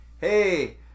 hey